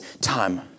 time